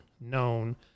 known